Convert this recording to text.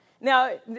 Now